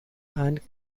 and